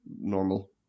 normal